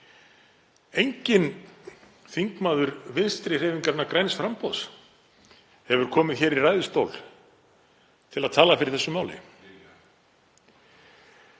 Enginn þingmaður Vinstrihreyfingarinnar – græns framboðs hefur komið hér í ræðustól til að tala fyrir þessu máli.